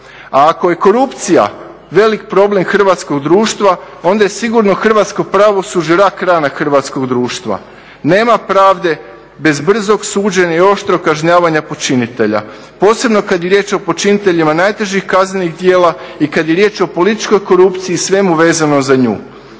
A ako je korupcija velik problem hrvatskog društva onda je sigurno hrvatsko pravosuđe rak-rana hrvatskog društva. Nema pravde bez brzog suđenja i oštrog kažnjavanja počinitelja, posebno kad je riječ o počiniteljima najtežim kaznenih djela i kad je riječ o političkoj korupciji i svemu vezanom za nju.